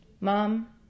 Mom